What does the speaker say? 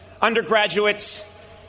undergraduates